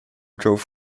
drove